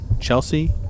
Chelsea